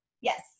Yes